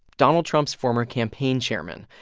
donald trump's former campaign chairman.